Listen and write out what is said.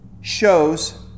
shows